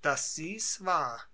daß sie's war